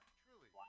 truly